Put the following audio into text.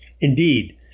Indeed